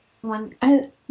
one